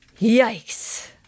yikes